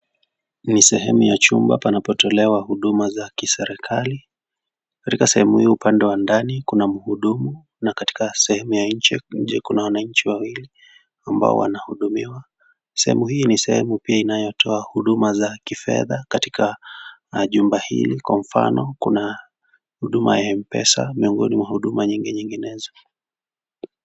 Ni sehemu ya chumba panapotolewa huduma za kiserekali katika sehemu hii upande wa ndani kuna mhudumu na katika sehemu ya nje kuna wananchi wawili ambao wanahudumiwa, sehemu hii ni sehemu pia inayotoa huduma za kifedha katika jumba hili kwa mfano kuna huduma ya Mpesa miongoni mwa huduma nyingi nyinginezo.